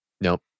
nope